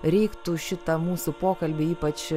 reiktų šitą mūsų pokalbį ypač